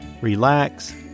relax